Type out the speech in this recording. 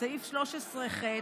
בסעיף 13ח,